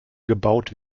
gebaut